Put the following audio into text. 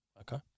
Okay